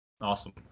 Awesome